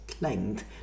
length